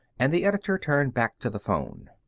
and the editor turned back to the phone.